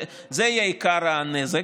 זה יהיה עיקר הנזק,